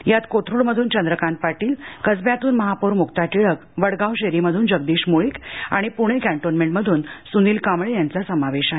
यात कोथरूड मधून चंद्रकांत पाटील कसब्यातून महापौर मुक्ता टिळक वडगाव शेरी मध्रन जगदीश मुळीक आणि पुणे कॅन्टोन्मेंट मध्रन सुनील कांबळे यांचा समावेश आहे